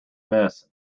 miss